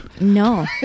No